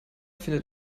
findet